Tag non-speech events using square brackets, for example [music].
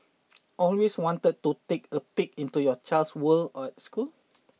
[noise] always wanted to take a peek into your child's world at school